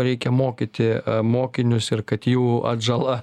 reikia mokyti mokinius ir kad jų atžala